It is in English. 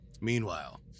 Meanwhile